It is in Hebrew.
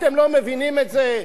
אתם לא מבינים את זה?